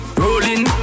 rolling